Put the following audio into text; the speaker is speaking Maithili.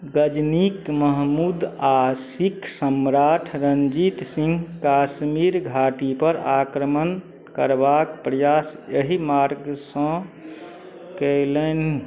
गजनीक महमूद आओर सिख सम्राट रणजीत सिंह कश्मीर घाटीपर आक्रमण करबाक प्रयास एहि मार्गसँ कयलनि